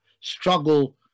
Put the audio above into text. struggle